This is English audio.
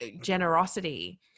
generosity